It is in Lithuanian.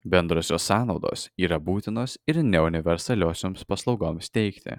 bendrosios sąnaudos yra būtinos ir neuniversaliosioms paslaugoms teikti